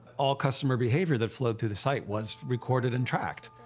all customer behavior that flowed through the site was recorded and tracked.